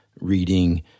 reading